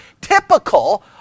typical